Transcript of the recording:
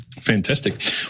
Fantastic